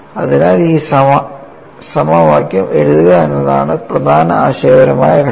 അതിനാൽ ഈ സമവാക്യം എഴുതുക എന്നതാണ് പ്രധാന ആശയപരമായ ഘട്ടം